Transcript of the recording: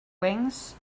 wings